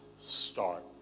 start